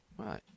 Right